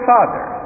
Father